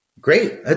great